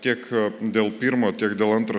tiek dėl pirmo tiek dėl antro